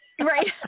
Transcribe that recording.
Right